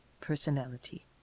personality